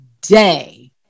day